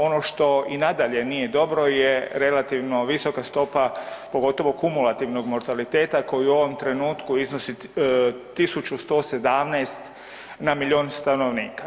Ono što i nadalje nije dobro je relativno visoka stopa pogotovo kumulativnog mortaliteta koji u ovom trenutku iznosi 1.117 na milion stanovnika.